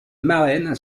marraine